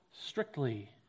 strictly